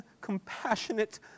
compassionate